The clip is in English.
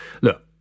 look